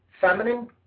feminine